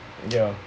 ya